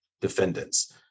defendants